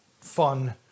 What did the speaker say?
fun